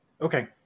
Okay